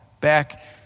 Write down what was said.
back